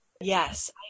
Yes